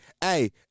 hey